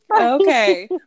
okay